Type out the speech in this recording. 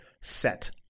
set